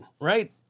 right